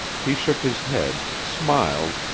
he shook his head, smiled,